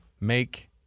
make